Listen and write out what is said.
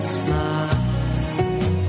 smile